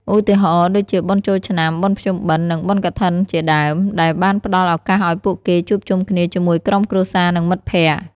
ឧទាហរណ៍ដូចជាបុណ្យចូលឆ្នាំ បុណ្យភ្ជុំបិណ្ឌ និងបុណ្យកឋិនជាដើម ដែលបានផ្តល់ឱកាសឲ្យពួកគេជួបជុំគ្នាជាមួយក្រុមគ្រួសារនិងមិត្តភក្តិ។